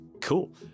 Cool